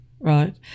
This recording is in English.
Right